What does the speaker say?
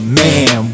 man